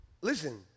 listen